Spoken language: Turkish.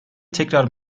tekrar